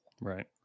Right